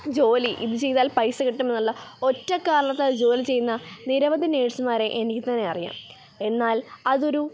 ജോലി ഇത് ചെയ്താൽ പൈസ കിട്ടും എന്നുള്ള ഒറ്റ കാരണത്താൽ ജോലി ചെയ്യുന്ന നിരവധി നേഴ്സുമാരെ എനിക്ക് തന്നെ അറിയാം എന്നാൽ അതൊരു